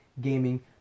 gaming